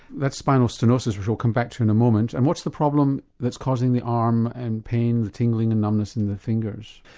that's spinal stenosis which we'll come back to in a moment and what's the problem that's causing the arm and pain, the tingling and numbness in the fingers?